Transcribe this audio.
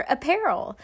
Apparel